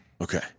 Okay